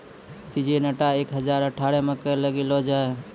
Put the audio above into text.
Syngenta एक हजार अठारह मकई लगैलो जाय?